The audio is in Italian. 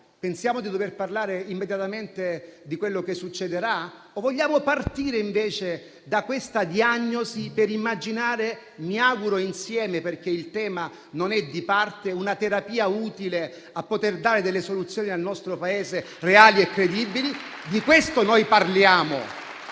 Pensiamo di dover parlare immediatamente di quello che succederà? O vogliamo partire invece da questa diagnosi, per immaginare - mi auguro insieme, perché il tema non è di parte - una terapia utile per dare al nostro Paese delle soluzioni reali e credibili? Di questo noi parliamo.